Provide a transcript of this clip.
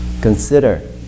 Consider